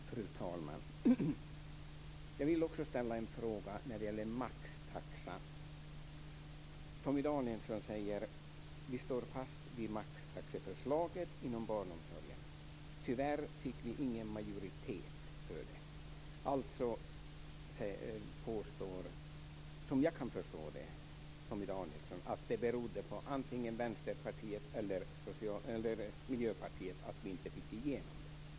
Fru talman! Också jag vill ställa en fråga om maxtaxan. Torgny Danielsson säger: Vi står fast vid maxtaxeförslaget inom barnomsorgen, men tyvärr fick vi ingen majoritet för det. Som jag förstår det påstår Torgny Danielsson att det berodde på antingen Vänsterpartiet eller Miljöpartiet att Socialdemokraterna inte fick igenom förslaget.